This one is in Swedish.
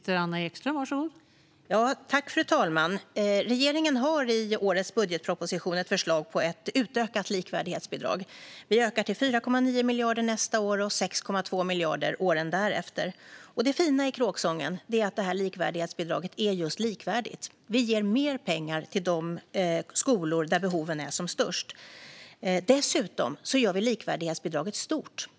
Fru talman! Regeringen har i årets budgetproposition ett förslag på ett utökat likvärdighetsbidrag. Vi ökar till 4,9 miljarder nästa år och 6,2 miljarder åren därefter. Det fina i kråksången är att detta likvärdighetsbidrag är just likvärdigt. Vi ger mer pengar till de skolor där behoven är som störst. Dessutom gör vi likvärdighetsbidraget stort.